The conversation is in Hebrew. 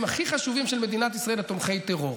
הכי חשובים של מדינת ישראל לתומכי טרור.